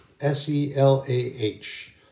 S-E-L-A-H